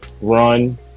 run